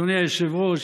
אדוני היושב-ראש,